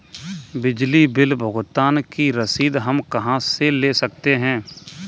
बिजली बिल भुगतान की रसीद हम कहां से ले सकते हैं?